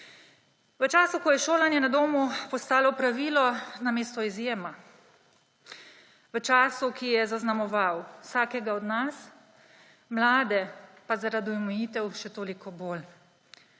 V času, ko je šolanje na domu postalo pravilo namesto izjema, v času, ki je zaznamoval vsakega od nas, mlade pa zaradi omejitev še toliko bolj,